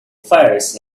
fires